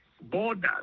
borders